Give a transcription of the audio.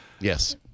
Yes